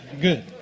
Good